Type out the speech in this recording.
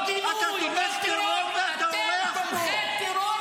לא רוצה לשמוע מכם שום הטפה.